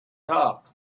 top